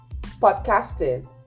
podcasting